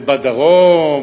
ובדרום,